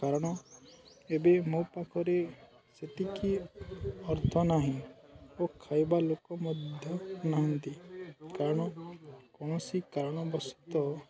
କାରଣ ଏବେ ମୋ ପାଖରେ ସେତିକି ଅର୍ଥ ନାହିଁ ଓ ଖାଇବା ଲୋକ ମଧ୍ୟ ନାହାଁନ୍ତି କାରଣ କୌଣସି କାରଣବଶତଃ